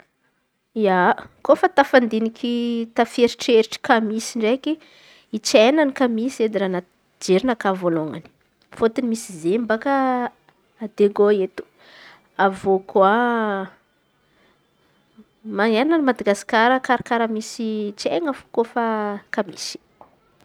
Ia, kôfa tafandin̈iky taferitreritry kamisy ndraiky tsena ny kamisy edy anaty jerinakà voalohan̈y. Tsena kamisy fôtony misy izen̈y bôaka aDiego eto avy eo koa maneran̈a Madagaskara karà karà misy tsena avokoa efa kamisy.